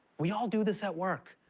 we all do this at work.